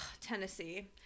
tennessee